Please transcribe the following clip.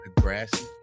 Grassy